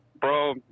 Bro